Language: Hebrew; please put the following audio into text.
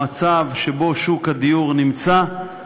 במצב שבו שוק הדיור נמצא,